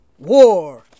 War